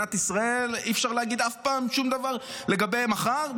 במדינת ישראל אי-אפשר להגיד אף פעם שום דבר לגבי מחר.